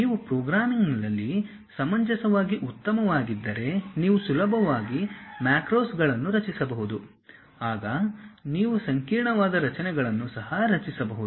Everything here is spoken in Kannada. ನೀವು ಪ್ರೋಗ್ರಾಮಿಂಗ್ನಲ್ಲಿ ಸಮಂಜಸವಾಗಿ ಉತ್ತಮವಾಗಿದ್ದರೆ ನೀವು ಸುಲಭವಾಗಿ ಮ್ಯಾಕ್ರೋಸ್ಗಳನ್ನು ರಚಿಸಬಹುದು ಆಗ ನೀವು ಸಂಕೀರ್ಣವಾದ ರಚನೆಗಳನ್ನು ಸಹ ರಚಿಸಬಹುದು